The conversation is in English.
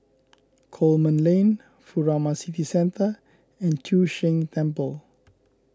Coleman Lane Furama City Centre and Chu Sheng Temple